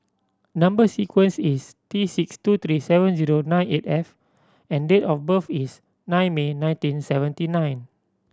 number sequence is T six two three seven zero nine eight F and date of birth is nine May nineteen seventy nine